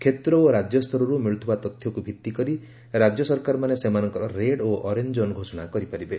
କ୍ଷେତ୍ ଓ ରାଜ୍ୟ ସ୍ତରର୍ ମିଳୁଥିବା ତଥ୍ୟକ୍ ଭିତ୍ତି କରି ରାଜ୍ୟ ସରକାରମାନେ ସେମାନଙ୍କର ରେଡ୍ ଓ ଅରେଞ୍ଜ ଜୋନ୍ ଘୋଷଣା କରିପାରିବେ